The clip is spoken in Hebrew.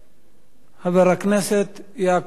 חבר הכנסת יעקב ליצמן.